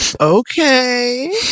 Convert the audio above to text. Okay